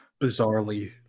bizarrely